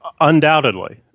Undoubtedly